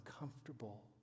uncomfortable